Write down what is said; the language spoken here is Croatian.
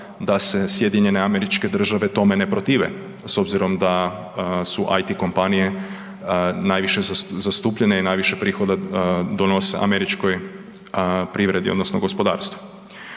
da se SAD tome ne protive s obzirom da su IT kompanije najviše zastupljene i najviše prihoda donose američkoj privredi odnosno gospodarstvu.